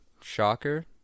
shocker